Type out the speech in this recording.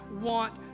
want